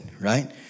Right